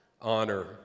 honor